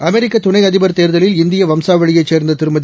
அமெரிக்கதுணைஅதிபர் தேர்தலில் இந்தியவம்சாவளியைச் சேர்ந்ததிருமதி